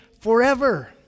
forever